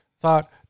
thought